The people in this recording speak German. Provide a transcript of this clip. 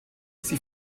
sie